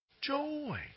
Joy